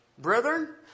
Brethren